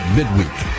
midweek